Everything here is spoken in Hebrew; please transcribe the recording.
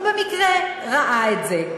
הוא במקרה ראה את זה.